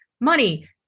Money